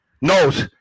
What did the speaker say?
knows